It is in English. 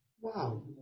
Wow